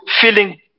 feeling